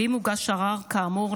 ואם הוגש ערר כאמור,